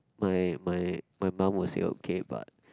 my my my mum will say okay but